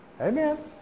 Amen